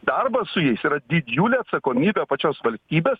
darbas su jais yra didžiulė atsakomybė pačios valstybės